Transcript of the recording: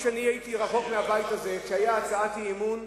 כשאני הייתי רחוק מהבית הזה, והיתה הצעת אי-אמון,